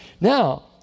Now